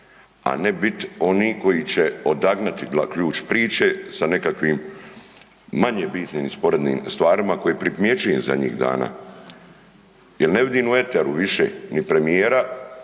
a ne biti oni koji će odagnati ključ priče sa nekakvim manje bitnim i sporednim stvarima koje primjećujem zadnjih dana jer ne vidim u eteru više ni premijera,